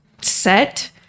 set